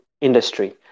industry